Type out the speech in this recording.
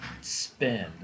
spend